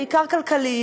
בעיקר כלכליים,